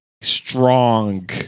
strong